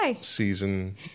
season